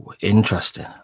Interesting